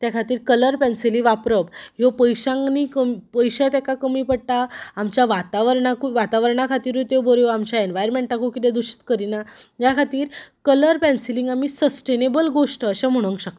ते खातीर कलर पेन्सिली वापरप ह्यो पयशांक न्ही पयशे तेका कमी पडटा आमच्या वातावरणाक वातावरणाक खातिरूय त्यो बऱ्यो आमच्या एनवायरमेंटाकूय किदें दुशीत करिना ह्याखातीर कलर पेन्सिलींक आमी सस्टेनेबल गोश्ट अशें म्हणूंक शकता